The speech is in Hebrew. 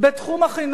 בתחום החינוך,